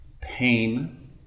pain